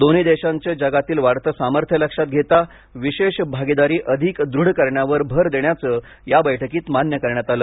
दोन्ही देशांचं जगातील वाढतं सामर्थ्य लक्षात घेता विशेष भागीदारी अधिक दृढ करण्यावर भर देण्याचं या बैठकीत मान्य करण्यात आलं